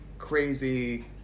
crazy